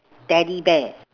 teddy bear